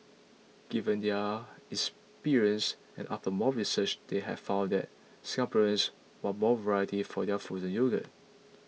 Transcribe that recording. given their experience and after more research they have found that Singaporeans want more variety for their frozen yogurt